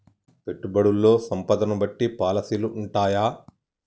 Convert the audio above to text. పెట్టుబడుల్లో సంపదను బట్టి పాలసీలు ఉంటయా?